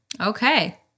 Okay